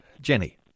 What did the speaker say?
Jenny